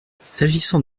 s’agissant